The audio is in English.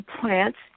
Plants